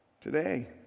today